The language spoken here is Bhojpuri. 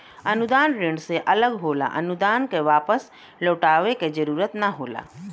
अनुदान ऋण से अलग होला अनुदान क वापस लउटाये क जरुरत ना होला